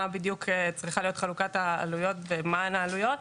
מה בדיוק צריכה להיות חלוקת העלויות ומה הן העלויות.